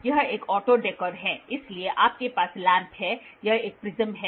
तो यह एक ऑटो डेकोर है इसलिए आपके पास लैम्प है यह एक प्रिज्म है